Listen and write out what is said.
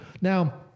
Now